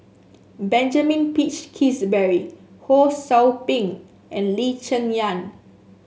Benjamin Peach Keasberry Ho Sou Ping and Lee Cheng Yan